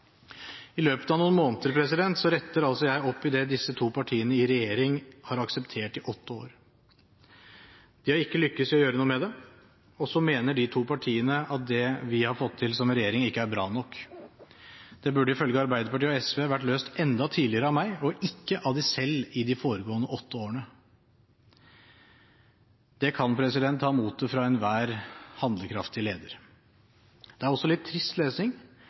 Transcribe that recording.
I løpet av noen måneder retter altså jeg opp i det disse to partiene i regjering har akseptert i åtte år. De har ikke lyktes i å gjøre noe med det, og så mener de to partiene at det vi har fått til som regjering, ikke er bra nok. Det burde ifølge Arbeiderpartiet og SV vært løst enda tidligere av meg – og ikke av dem selv i de foregående åtte årene. Det kan ta motet fra enhver handlekraftig leder. Det er også litt trist lesning,